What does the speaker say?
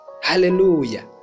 Hallelujah